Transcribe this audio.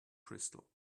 crystal